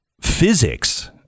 physics